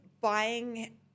buying